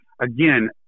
again